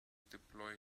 deploy